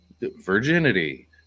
virginity